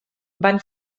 van